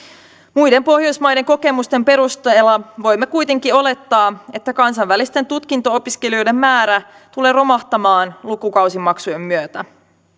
muiden pohjoismaiden kokemusten perusteella voimme kuitenkin olettaa että kansainvälisten tutkinto opiskelijoiden määrä tulee romahtamaan lukukausimaksujen myötä